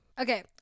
Okay